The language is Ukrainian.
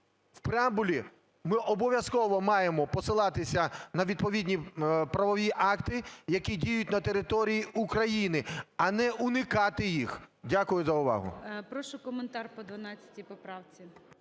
в преамбулі ми обов'язково маємо посилатися на відповідні правові акти, які діють на території України, а не уникати їх. Дякую за увагу.